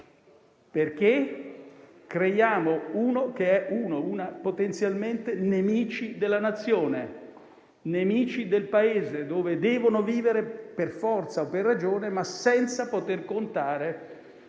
perché creiamo potenzialmente nemici della Nazione e del Paese dove devono vivere per forza o per ragione, ma senza poter contare